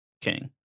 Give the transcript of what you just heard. king